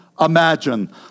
imagine